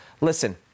Listen